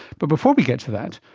but before we get to that,